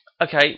Okay